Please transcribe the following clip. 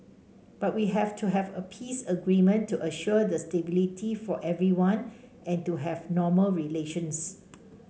but we have to have a peace agreement to assure the stability for everyone and to have normal relations